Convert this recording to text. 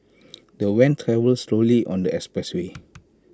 the van travelled slowly on the expressway